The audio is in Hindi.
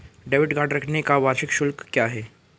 डेबिट कार्ड रखने का वार्षिक शुल्क क्या है?